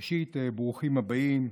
ראשית, ברוכים הבאים,